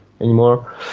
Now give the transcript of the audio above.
anymore